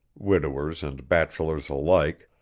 widowers and bachelors alike,